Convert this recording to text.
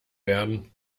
werden